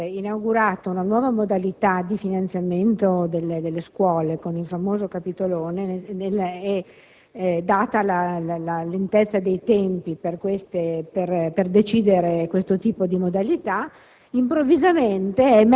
si è giustamente inaugurata una nuova modalità di finanziamento delle scuole, con il famoso «capitolone», considerata la lentezza dei tempi per decidere questo tipo di modalità,